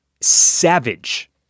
savage